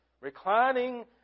reclining